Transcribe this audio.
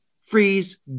freeze